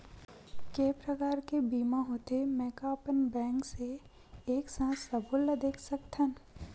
के प्रकार के बीमा होथे मै का अपन बैंक से एक साथ सबो ला देख सकथन?